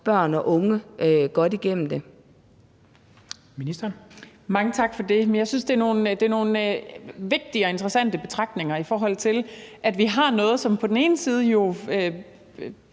børn og unge godt igennem det?